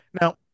Now